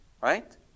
Right